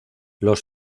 los